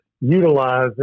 utilize